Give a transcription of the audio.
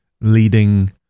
leading